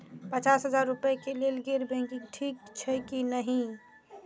पचास हजार रुपए के लेल गैर बैंकिंग ठिक छै कि नहिं?